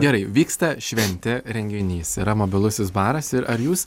gerai vyksta šventė renginys yra mobilusis baras ir ar jūs